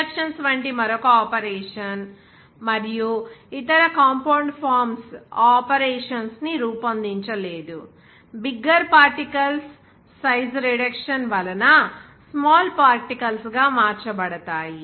reactions వంటి మరొక operation మరియు ఇతర కాంపౌండ్ ఫార్మ్స్ ఆ ఆపరేషన్స్ ని రూపొందించలేదు బిగ్గర్ పార్టికల్స్ సైజ్ రిడక్షన్ వలన స్మాల్ పార్టికల్స్గా మార్చబడతాయి